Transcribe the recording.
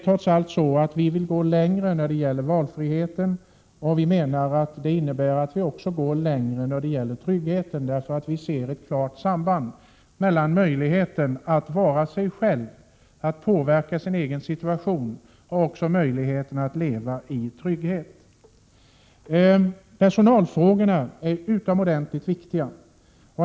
Trots allt vill vi gå längre när det gäller valfriheten, och vi menar att det också innebär att vi går längre när det gäller tryggheten, eftersom vi ser ett klart samband mellan möjligheten att vara sig själv och påverka sin egen situation och möjligheten att leva i trygghet. Personalfrågorna är utomordentligt viktiga.